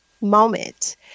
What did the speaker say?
moment